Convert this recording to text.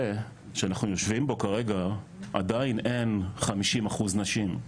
שאנחנו יושבים בו כרגע עדיין אין 50 אחוז נשים.